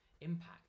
impact